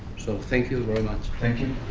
so thank you very much. thank you.